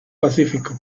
pacífico